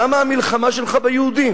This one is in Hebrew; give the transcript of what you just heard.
למה המלחמה שלך ביהודים?